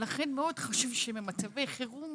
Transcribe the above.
לכן, מאוד חשוב שמצבי חירום